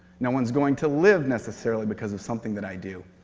no one is going to live, necessarily, because of something that i do.